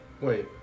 Wait